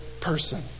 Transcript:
person